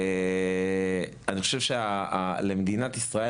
אני חושב שלמדינת ישראל,